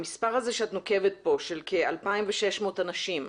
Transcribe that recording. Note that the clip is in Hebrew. המספר הזה שאת נוקבת בו, של כ-2,600 אנשים,